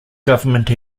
government